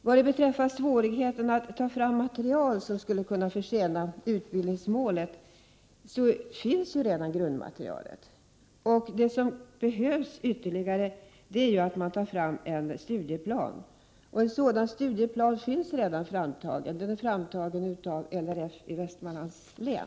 Vad beträffar svårigheterna att ta fram material, vilket skulle försena | utbildningsmålet, vill jag säga att grundmaterialet redan finns. Det som därutöver behövs är en studieplan, och en sådan finns redan framtagen av | LRF i Västmanlands län.